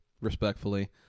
respectfully